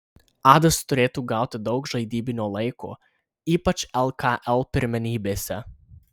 adas turėtų gauti daug žaidybinio laiko ypač lkl pirmenybėse